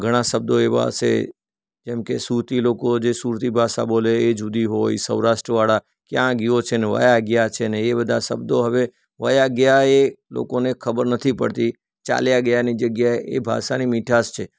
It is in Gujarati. ઘણા શબ્દો એવા હશે જેમકે સુરતી લોકો જે સુરતી ભાષા બોલે એ જુદી હોય સૌરાષ્ટ્ર વાળા ક્યાં ગયો છે ને વયા ગયા છે ને એ બધા શબ્દો હવે વયા ગયા એ લોકોને ખબર નથી પડતી ચાલ્યા ગયાની જગ્યાએ એ ભાષાની મીઠાશ છે